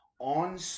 On